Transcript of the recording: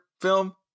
film